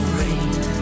rain